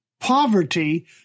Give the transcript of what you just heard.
Poverty